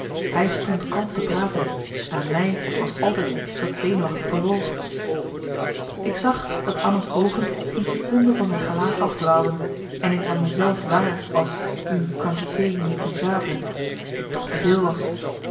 hij stond kalm te praten aan mij was altijd iets dat zenuwachtig bewoog ik zag dat anna's oogen geen seconde van zijn gelaat afdwaalden en ik nam me zelf waar als une quantité négligeable die toch te veel was